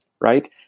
right